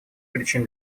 причин